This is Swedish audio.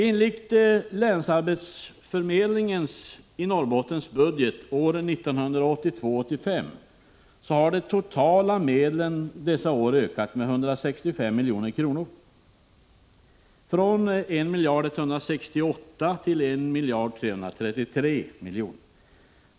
Enligt länsarbetsförmedlingens i Norrbotten budget för åren 1982-1985 har de totala medlen dessa år ökat med 165 milj.kr., från 1 168 till 1 333 milj.kr.